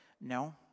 No